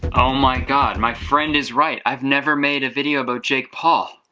oh my god. my friend is right. i've never made a video about jake paul.